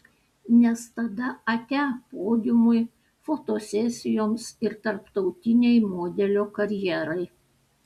nes tada atia podiumui fotosesijoms ir tarptautinei modelio karjerai